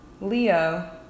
Leo